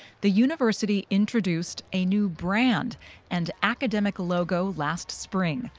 the university introduced a new brand and academic logo last spring.